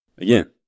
Again